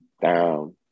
down